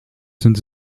sends